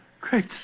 Great